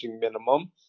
minimum